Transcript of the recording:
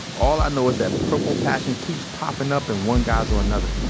all i know is that purple passion keeps popping up in one guy's or another.